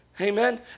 Amen